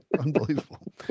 Unbelievable